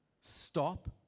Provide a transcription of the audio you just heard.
Stop